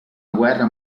guerra